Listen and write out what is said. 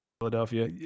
Philadelphia